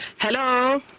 Hello